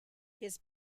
his